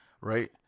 right